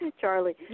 Charlie